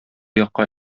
якка